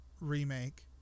remake